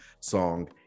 song